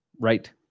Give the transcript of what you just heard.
right